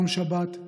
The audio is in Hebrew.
יום שבת,